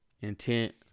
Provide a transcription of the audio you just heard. intent